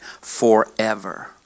forever